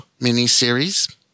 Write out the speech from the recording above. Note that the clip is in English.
miniseries